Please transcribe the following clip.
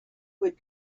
would